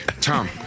Tom